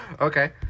Okay